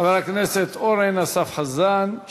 חבר הכנסת אורן אסף חזן.